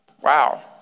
wow